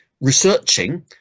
researching